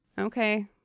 okay